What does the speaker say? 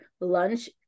lunch